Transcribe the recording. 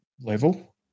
level